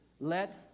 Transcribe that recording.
let